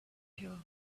here